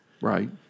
Right